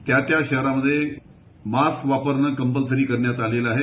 त्या त्या शहरामध्ये मास्क वापरणे कंम्पलसरी करण्यात आलेलं आहे